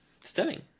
stunning